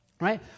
Right